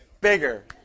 bigger